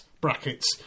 brackets